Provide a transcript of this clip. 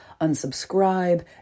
unsubscribe